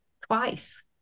twice